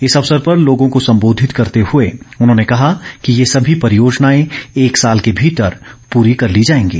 इस अवसर पर लोगों को सम्बोधित करते हुए उन्होंने कहा कि ये सभी परियोजनाएं एक साल के भीतर पूरी कर ली जाएंगी